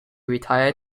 retired